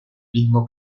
mismo